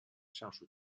上述